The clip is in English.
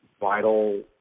vital